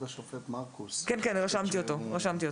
נעמי,